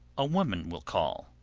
a woman will call.